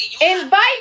invite